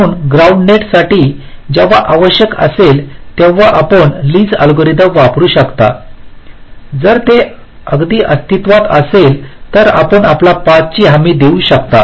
म्हणून ग्राउंड नेटसाठी जेव्हा आवश्यक असेल तेव्हा आपण लीसLee's अल्गोरिदम वापरू शकता जर ते अगदी अस्तित्त्वात असेल तर आपण आपल्या पाथ ची हमी देऊ शकता